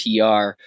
PR